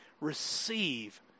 receive